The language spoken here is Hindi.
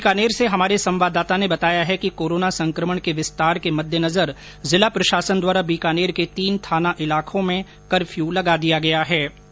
उधर बीकानेर से हमारे संवाददाता ने बताया है कि कोरोना संक्रमण के विस्तार के मद्देनजर जिला प्रशासन द्वारा बीकानेर के तीन थाना इलाकों में कफर्यू लगा दिया है